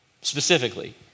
specifically